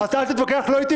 לא להתווכח.